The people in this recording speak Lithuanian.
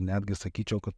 netgi sakyčiau kad